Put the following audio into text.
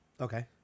Okay